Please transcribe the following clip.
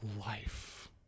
life